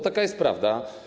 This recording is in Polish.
Taka jest prawda.